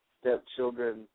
stepchildren